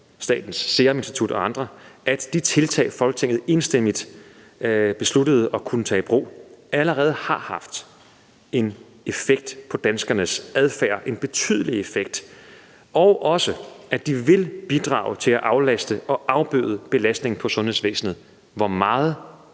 Statens Serum Institut og andre, at de tiltag, som Folketinget enstemmigt besluttede at kunne tage i brug, allerede har haft en effekt på danskernes adfærd – en betydelig effekt – og at de også vil bidrage til at aflaste og afbøde belastningen på sundhedsvæsenet.